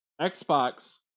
Xbox